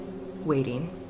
waiting